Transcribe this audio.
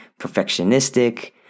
perfectionistic